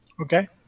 Okay